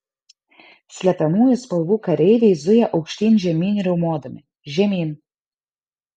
slepiamųjų spalvų kareiviai zuja aukštyn žemyn riaumodami žemyn